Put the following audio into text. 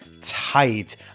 tight